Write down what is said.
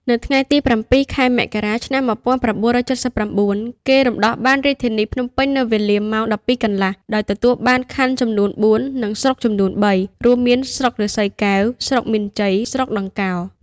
នៅថ្ងៃទី ០៧ ខែមករា ឆ្នាំ ១៩៧៩ គេរំដោះបានរាជធានីភ្នំពេញនៅវេលា ម៉ោង ១២ កន្លះ ដោយទទួលបានខណ្ឌចំនួន ៤ និងស្រុកចំនួន ៣ រួមមាន ស្រុកឫស្សីកែវ ស្រុកមានជ័យ ស្រុកដង្កោ។